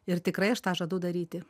ir tikrai aš tą žadu daryti